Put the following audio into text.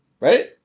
Right